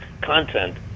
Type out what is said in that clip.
content